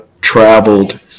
traveled